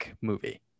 movie